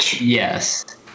Yes